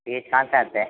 page कहाँ से आते है